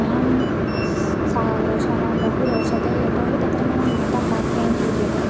माम् स् सा गोशाला बहु रोचते यतो हि तत्र मम माता कात्यायिनि विद्यते